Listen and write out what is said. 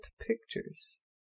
pictures